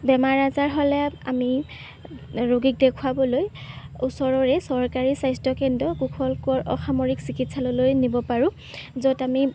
বেমাৰ আজাৰ হ'লে আমি ৰোগীক দেখুৱাবলৈ ওচৰৰে চৰকাৰী স্বাস্থ্য কেন্দ্ৰ কুশল কোঁৱৰ অসামৰিক চিকিৎসালয়লৈ নিব পাৰোঁ য'ত আমি